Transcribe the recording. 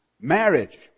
marriage